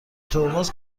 ترمز